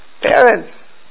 parents